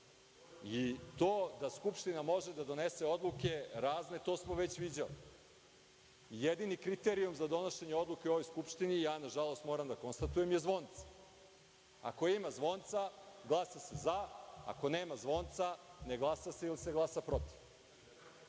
To da Skupština može da donese odluke razne, to smo već viđali. Jedini kriteriju za donošenje odluka u ovoj Skupštini, ja nažalost moram da konstatujem, je zvonce. Ako ima zvonca, glasa se za. Ako nema zvonca, ne glasa se ili se glasa protiv. Molim